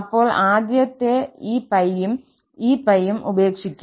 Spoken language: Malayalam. അപ്പോൾ ആദ്യത്തെത്തി ഈ 𝜋 യും ഈ 𝜋 യും ഉപേക്ഷിക്കും